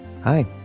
Hi